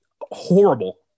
horrible